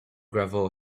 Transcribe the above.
gravel